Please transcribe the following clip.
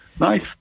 Nice